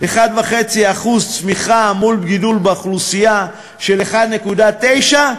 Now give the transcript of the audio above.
1.5% צמיחה מול גידול באוכלוסייה של 1.9%,